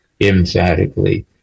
emphatically